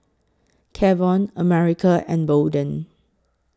Kavon America and Bolden